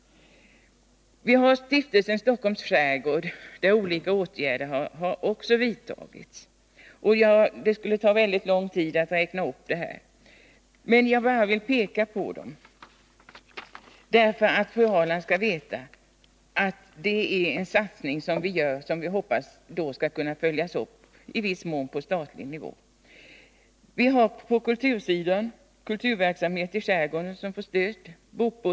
Vi har vidare Stiftelsen Stockholms skärgård, där olika åtgärder också har vidtagits. Det skulle ta för lång tid för mig att räkna upp dem, men jag vill att Karin Ahrland skall veta att det är en satsning som vi gör och som vi hoppas skall kunna följas upp i viss mån på statlig nivå. Vi har på kultursidan en försöksverksamhet med bokbåtsturer i skärgården.